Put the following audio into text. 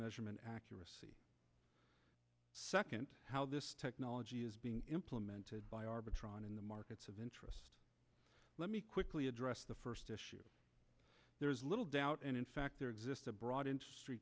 measurement accuracy second how this technology is being implemented by arbitron in the markets of interest let me quickly address the first issue there is little doubt and in fact there exists a broad in